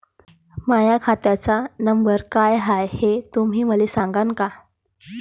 माह्या खात्याचा नंबर काय हाय हे तुम्ही मले सागांन का?